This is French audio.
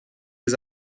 des